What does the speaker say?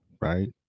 right